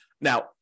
Now